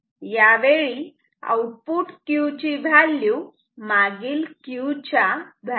यावेळी output Q ची value मागील Q च्या व्हॅल्यू प्रमाणेच असेल